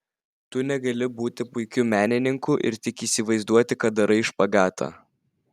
tu negali būti puikiu menininku ir tik įsivaizduoti kad darai špagatą